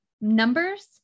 numbers